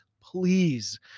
please